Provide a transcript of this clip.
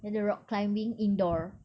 then the rock climbing indoor